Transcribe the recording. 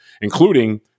including-